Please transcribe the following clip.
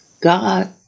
God